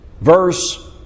verse